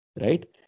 Right